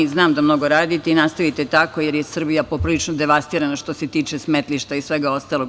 Znam da mnogo radite i nastavite tako, jer je Srbija poprilično devastirana što se tiče smetlišta i svega ostalog.